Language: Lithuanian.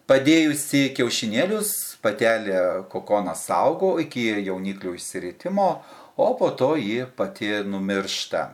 padėjusi kiaušinėlius patelė kokoną saugo iki jauniklių išsiritimo o po to ji pati numiršta